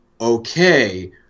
okay